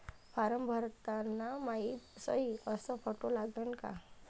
Form भरताना मायी सयी अस फोटो लागन का?